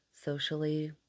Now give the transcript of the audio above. socially